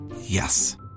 Yes